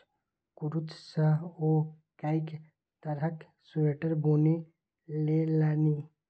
कुरूश सँ ओ कैक तरहक स्वेटर बुनि लेलनि